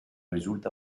risulta